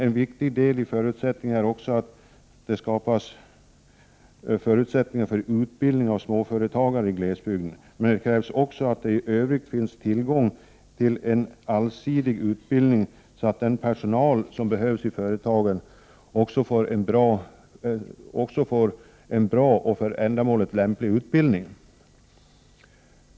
En viktig del i uppföljningen är också att det skapas förutsättningar för utbildning av småföretagare i glesbygden. Men det krävs också att det i övrigt finns tillgång till en allsidig utbildning, så att den personal som behövs i företagen också får en bra och för ändamålet lämplig utbildning.